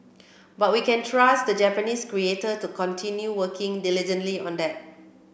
but we can trust the Japanese creator to continue working diligently on that